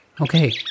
Okay